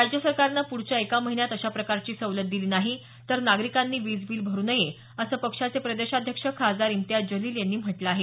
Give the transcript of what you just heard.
राज्य सरकारनं पुढच्या एका महिन्यात अशा प्रकारची सवलत दिली नाही तर नागरिकांनी वीज बील भरु नये असं पक्षाचे प्रदेशाध्यक्ष खासदार इम्तियाज जलिल यांनी म्हटलं आहे